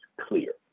clear